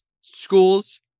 schools –